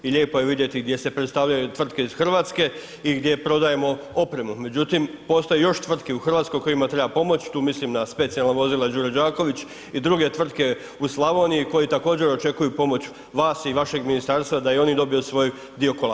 I lijepo je vidjeti gdje se gdje se predstavljaju tvrtke iz Hrvatske i gdje prodajemo opremu, međutim postoje još tvrtke u Hrvatskoj kojima treba pomoć, tu mislim na specijalna vozila Duro Đaković i druge tvrtke u Slavoniji koje također očekuju pomoć i vašeg ministarstva da i oni dobiju svoj dio kolača.